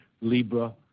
Libra